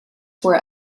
were